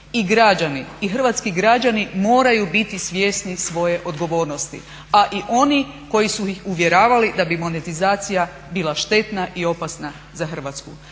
pričom, i građani moraju biti svjesni svoje odgovornosti, a i oni koji su ih uvjeravali da bi monetizacija bila štetna i opasna za Hrvatsku.